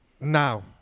now